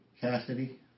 Cassidy